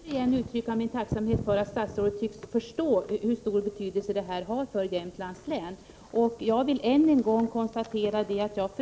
Herr talman! Jag vill återigen uttrycka min tacksamhet för att statsrådet tycks förstå hur stor betydelse verkstaden i Östersund har för Jämtlands län. Om SJ skulle behöva hjälp från